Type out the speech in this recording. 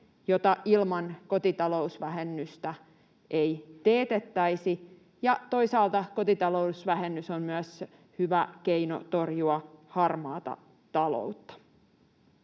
jota ilman kotitalousvähennystä ei teetettäisi, ja toisaalta kotitalousvähennys on myös hyvä keino torjua harmaata taloutta.